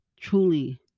truly